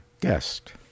guest